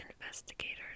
investigators